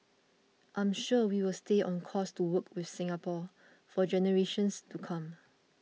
I'm sure we will stay on course to work with Singapore for generations to come